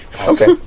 Okay